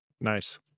Nice